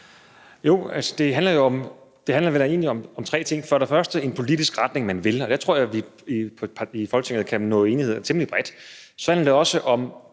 Jo, det handler vel egentlig om tre ting. For det første handler det om den politiske retning, man vil, og der tror jeg, at vi i Folketinget kan nå til enighed temmelig bredt. Så handler det også om